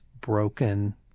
broken